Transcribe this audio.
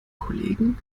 kollegen